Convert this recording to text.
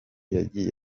yagiye